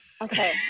Okay